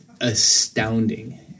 astounding